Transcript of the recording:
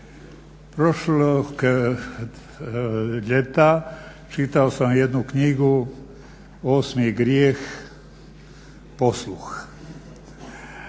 Prošlog ljeta čitao sam jednu knjigu Osmi grijeh-posluh.